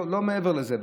לא מעבר לזה.